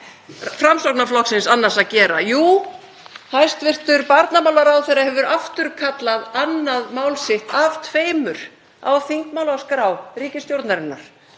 Framsóknarflokksins annars að gera? Jú, hæstv. barnamálaráðherra hefur afturkallað annað mál sitt af tveimur á þingmálaskrá ríkisstjórnarinnar.